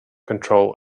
control